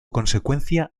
consecuencia